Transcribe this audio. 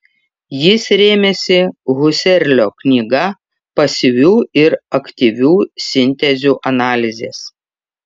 jis rėmėsi husserlio knyga pasyvių ir aktyvių sintezių analizės